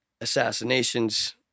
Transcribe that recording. assassinations